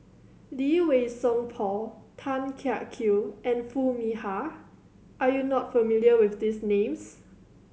Lee Wei Song Paul Tan Kiak Kew and Foo Mee Har are you not familiar with these names